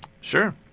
Sure